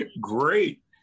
Great